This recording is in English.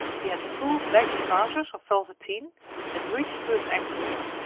he had full baggy trousers of velveteen that reached to his ankles,